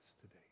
today